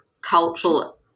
cultural